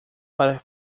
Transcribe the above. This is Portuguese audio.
para